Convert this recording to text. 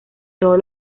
todos